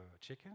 chicken